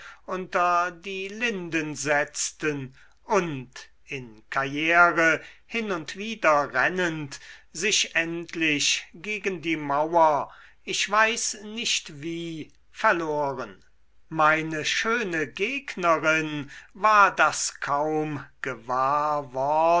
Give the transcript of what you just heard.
unter die linden setzten und in karriere hin und wider rennend sich endlich gegen die mauer ich weiß nicht wie verloren meine schöne gegnerin war das kaum gewahr